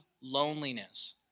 loneliness